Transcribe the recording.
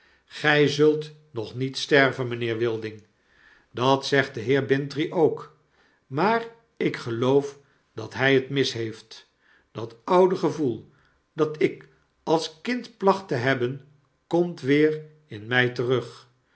zult nog niet sterven mijnheer wilding oat zegt de heer bintrey ook raaar ik geloof dat hg het mis heeft dat oude gevoel dat ik als kind placht te hebben komt weer in mij terug